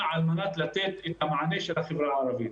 על מנת לתת את המענה של החברה הערבית.